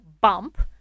bump